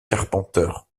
carpenter